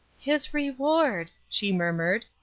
his reward! she murmured.